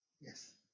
Yes